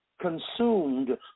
consumed